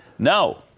No